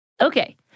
Okay